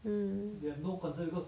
mm